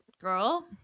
girl